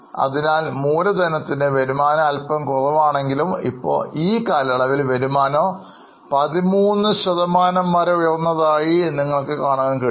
അതിനാൽ മൂലധനത്തിന് വരുമാനം അല്പം കുറവാണെങ്കിലും ഇപ്പോൾ ഒരു കാലയളവിൽ വരുമാനം 13 ശതമാനം വരെ ഉയർന്നതായും നിങ്ങൾക്ക് കാണാൻ കഴിയും